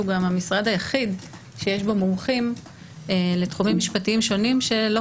הוא גם המשרד היחיד שיש בו מומחים לתחומים משפטיים שונים שלא